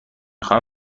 خواهم